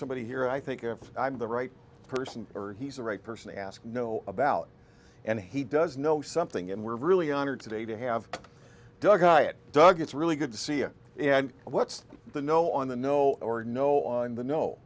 somebody here i think if i'm the right person or he's the right person to ask know about and he does know something and we're really honored today to have doug heye it doug it's really good to see it and what's the no on the no or no on the no